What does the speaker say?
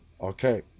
Okay